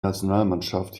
nationalmannschaft